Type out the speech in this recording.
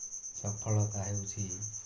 ସଫଳତା ହେଉଛି